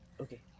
Okay